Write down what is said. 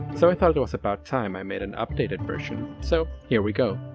so i thought it was about time i made an updated version. so here we go!